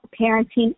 Parenting